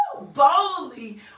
boldly